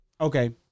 okay